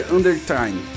Undertime